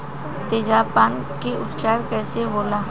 तेजाब पान के उपचार कईसे होला?